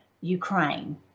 Ukraine